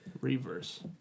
reverse